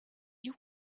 you